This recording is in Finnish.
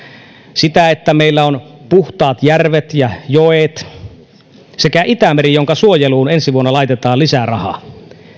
sitä että meillä on puhtaat järvet ja joet sekä itämeri jonka suojeluun ensi vuonna laitetaan lisää rahaa